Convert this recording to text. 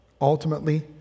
ultimately